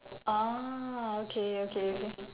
orh okay okay okay